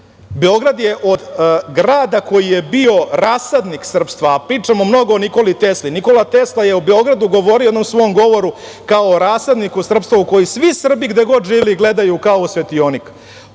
Beograd je od grada koji je bio rasadnik srpstva, a pričamo mnogo o Nikoli Tesli, Nikola Tesla je o Beogradu govorio u jednom svom govoru kao o rasadniku srpstva u koji svi Srbi, gde god živeli, gledaju kao u svetionik.